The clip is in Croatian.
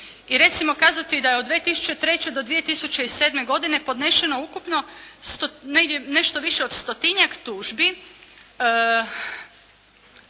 i recimo kazati da je od 2003. do 2007. godine podnešeno ukupno negdje nešto više od stotinjak tužbi